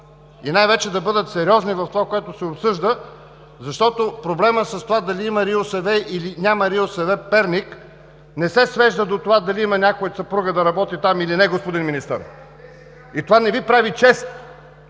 и най-вече да бъдат сериозни в това, което се обсъжда. Защото проблемът с това дали има РИОСВ, или няма РИОСВ – Перник, не се свежда до това дали има някоя съпруга да работи там или не, господин Министър, и не Ви прави чест